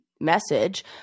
message